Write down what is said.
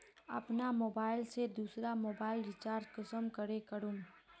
अपना मोबाईल से दुसरा मोबाईल रिचार्ज कुंसम करे करूम?